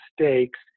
mistakes